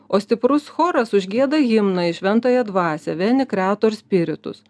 o stiprus choras užgieda himną į šventąją dvasią veni krator spiritus